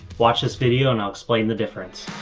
watch this video and i'll explain the difference.